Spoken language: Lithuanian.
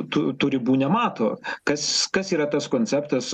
tu tų ribų nemato kas kas yra tas konceptas